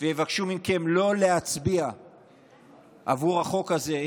ויבקשו מכם לא להצביע בעד החוק הזה,